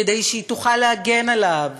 כדי שהיא תוכל להגן עליו